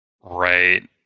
right